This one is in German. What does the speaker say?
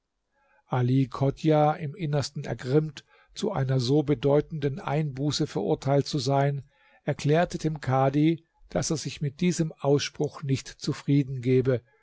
ali chodjah im innersten ergrimmt zu einer so bedeutenden einbuße verurteilt zu sein erklärte dem kadhi daß er sich mit diesem ausspruch nicht zufrieden gebe